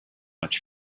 much